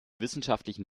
wissenschaftlichen